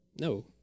No